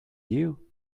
you